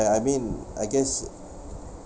I mean I guess